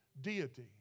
Deity